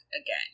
again